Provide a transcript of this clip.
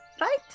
right